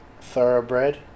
thoroughbred